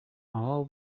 all